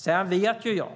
Sedan vet ju jag,